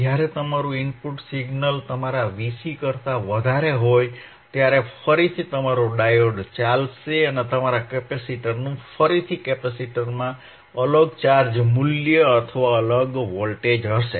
જ્યારે તમારું input signal તમારા Vc કરતા વધારે હોય ત્યારે ફરીથી તમારો ડાયોડ ચાલશે અને તમારા કેપેસિટરનું ફરીથી કેપેસિટરમાં અલગ ચાર્જ મૂલ્ય અથવા અલગ વોલ્ટેજ હશે